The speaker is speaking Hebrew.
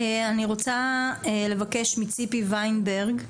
אני רוצה לתת את רשות הדיבור לציפי ווינברג,